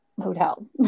hotel